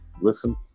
listen